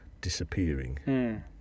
disappearing